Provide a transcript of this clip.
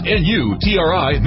n-u-t-r-i